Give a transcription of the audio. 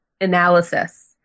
Analysis